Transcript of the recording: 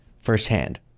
firsthand